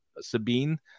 Sabine